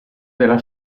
della